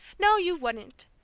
no, you wouldn't!